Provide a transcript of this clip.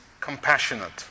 compassionate